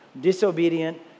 disobedient